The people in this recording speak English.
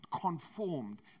conformed